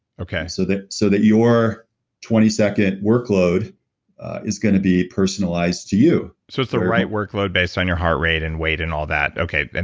so that so that your twenty second workload is going to be personalized to you. so it's the right workload based on your heart rate and weight and all that. okay, and